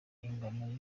ingano